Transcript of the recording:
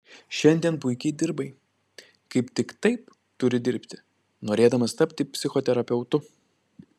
šiandien puikiai dirbai kaip tik taip turi dirbti norėdamas tapti psichoterapeutu